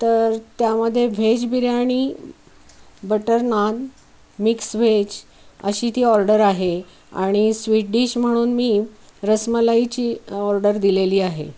तर त्यामध्ये veg biryani butter naan mix veg अशी ती ऑर्डर आहे आणि स्वीट डिश म्हणून मी रसमलाईची ऑर्डर दिलेली आहे